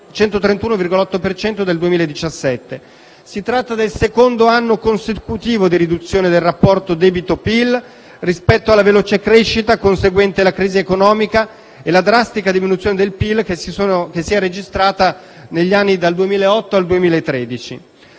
cento del 2017. Si tratta del secondo anno consecutivo di riduzione del rapporto debito-PIL rispetto alla veloce crescita conseguente la crisi economica e la drastica diminuzione del PIL che si è registrata negli anni dal 2008 al 2013.